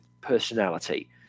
personality